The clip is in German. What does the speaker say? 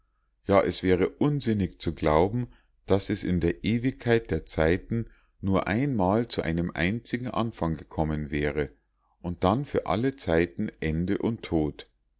ja es wäre unsinnig zu glauben daß es in der ewigkeit der zeiten nur einmal zu einem einzigen anfang gekommen wäre und dann für alle zeiten ende und tod